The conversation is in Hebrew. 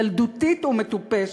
ילדותית ומטופשת.